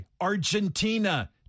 Argentina